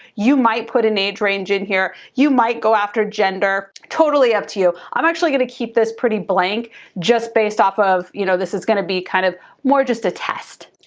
you might put an age range in here, you might go after gender, totally up to you. i'm actually gonna keep this pretty blank just based off of, you know this is gonna be kind of more, just a test.